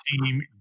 team